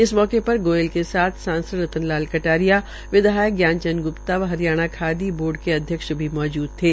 इस मौके पर गोयल के सथ सांसद रतन लाल कटारिया विधायक ज्ञान चंद गुप्ता व हरियाणा खादी बोर्ड के अध्यक्ष भी मौजूद थे